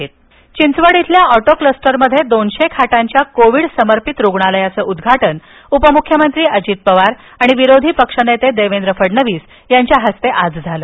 Covid रुग्णालय चिंचवड चिंचवड इथल्या auto क्लस्टरमध्ये दोनशे खाटांच्या कोविड समर्पित रुग्णालयाचं उद्घाटन उपमूख्यमंत्री अजित पवार आणि विरोधी पक्षनेते देवेंद्र फडणवीस यांच्या हस्ते आज झालं